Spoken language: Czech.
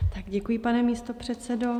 Děkuji, pane místopředsedo.